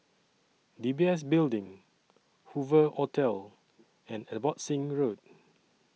D B S Building Hoover Hotel and Abbotsingh Road